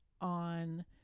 on